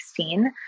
2016